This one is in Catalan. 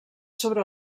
sobre